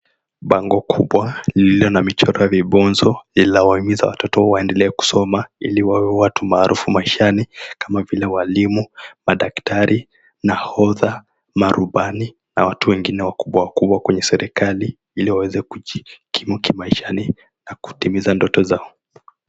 Bango kubwa lililo na michoro ya vibonzo linawahimiza watoto waendelee kusoma ili wawe watu maarufu maishani kama vile; walimu, madaktari, nahodha, marubani na watu wengine wakubwa wakubwa kwenye serikali ili waweze kujikimu kimaishani na kutimiza ndoto zao.